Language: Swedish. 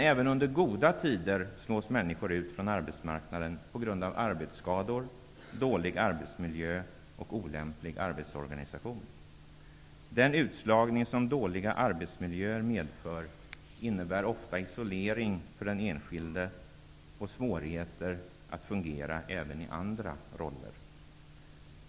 Även under goda tider slås människor ut från arbetsmarknaden på grund av arbetsskador, dålig arbetsmiljö och olämplig arbetsorganisation. Den utslagning som dåliga arbetsmiljöer medför innebär ofta isolering för den enskilde och svårigheter att fungera även i andra roller.